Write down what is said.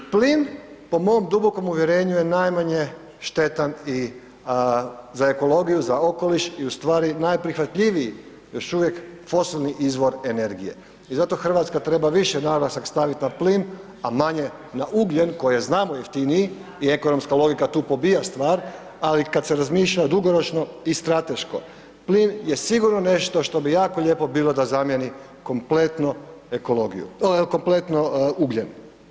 Plin po mom dubokom uvjerenju je najmanje štetan i za ekologiju, za okoliš i u stvari najprihvatljiviji još uvijek fosilni izvor energije i zato RH treba više naglasak stavit na plin, a manje na ugljen koji je znamo jeftiniji i ekonomska logika tu pobija stvar, ali kad se razmišlja dugoročno i strateško plin je sigurno nešto što bi jako lijepo bilo da zamijeni kompletno ekologiju, kompletno ugljen.